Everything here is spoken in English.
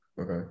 okay